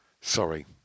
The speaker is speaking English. sorry